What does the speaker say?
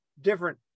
different